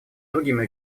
другими